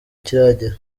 kiragera